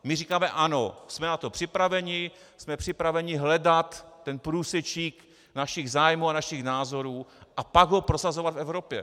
My říkáme ano, jsme na to připraveni, jsme připraveni hledat ten průsečík našich zájmů a našich názorů a pak ho prosazovat v Evropě.